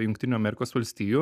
jungtinių amerikos valstijų